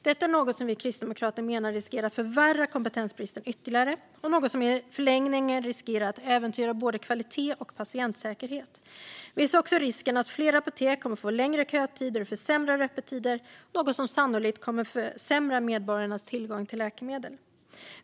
Detta är något som vi kristdemokrater menar riskerar att förvärra kompetensbristen ytterligare och i förlängningen också äventyra både kvalitet och patientsäkerhet. Vi ser också risken att fler apotek kommer få längre kötider och försämrade öppettider, något som sannolikt kommer att försämra medborgarnas tillgång till läkemedel.